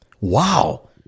wow